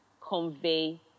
convey